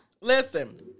Listen